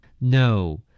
No